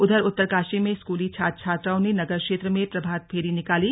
उधर उत्तरकाशी में स्कूली छात्र छात्राओं ने नगर क्षेत्र में प्रभात फेरी निकाली